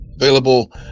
available